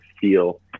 feel